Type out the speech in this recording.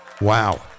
Wow